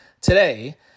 today